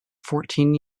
fourteen